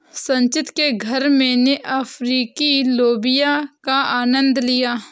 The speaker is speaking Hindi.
संचित के घर मैने अफ्रीकी लोबिया का आनंद लिया